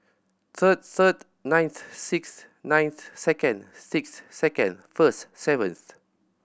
third third ninth sixth ninth second sixth second first seventh